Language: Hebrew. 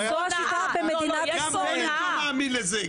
גם בנט לא מאמין לזה.